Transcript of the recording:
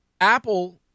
Apple